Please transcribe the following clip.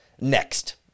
Next